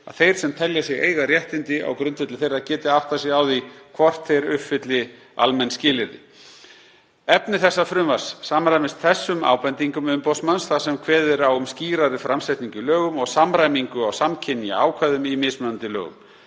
þeir sem telja sig eiga réttindi á grundvelli þeirra geti áttað sig á því hvort þeir uppfylli almenn skilyrði. Efni þessa frumvarps samræmist ábendingum umboðsmanns þar sem kveðið er á um skýrari framsetningu í lögum og samræmingu á samkynja ákvæðum í mismunandi lögum.